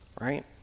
right